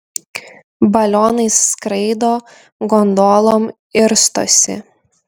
balionais skraido gondolom irstosi